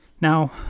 Now